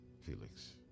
Felix